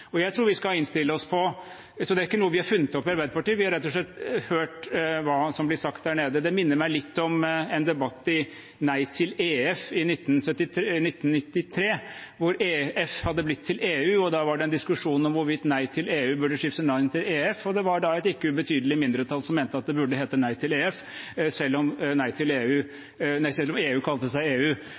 så det er ikke noe vi har funnet på i Arbeiderpartiet. Vi har rett og slett hørt hva som blir sagt der nede. Det minner meg litt om en debatt i Nei til EF i 1993, da EF hadde blitt til EU. Da var det en diskusjon om hvorvidt Nei til EF burde skifte navn til Nei til EU, og det var da et ikke ubetydelig mindretall som mente at det burde hete Nei til EF, selv om EU kalte seg EU. Men flertallet vant. Så det er naturlig å snakke om en pakke fra EU